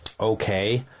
okay